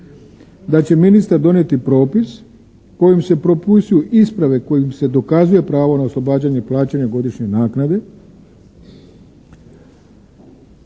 Da će ministar donijeti propis kojim se propisuju isprave kojim se dokazuje pravo na oslobađanje plaćanja godišnje naknade